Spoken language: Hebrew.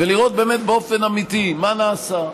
ולראות באמת, באופן אמיתי, מה נעשה,